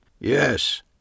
Yes